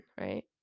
right